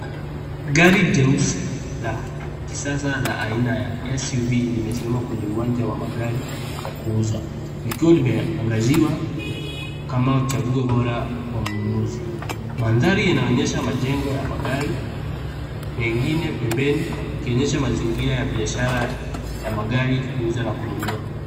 Gari jeusi la kisasa la aina ya SUV limesimama kwenye uwanja wa magari ya kuuza likiwa limeangaziwa kama chaguo bora kwa mnunuzi. Mandhari yanaonyesha majengo ya magari, mengine pembeni yakionyesha mazingira ya magari kuuza na kununua.